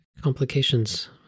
complications